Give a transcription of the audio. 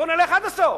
בואו נלך עד הסוף.